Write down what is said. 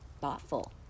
thoughtful